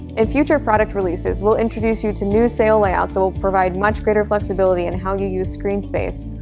in future product releases, we'll introduce you to new sail layouts that will provide much greater flexibility in how you use screen space,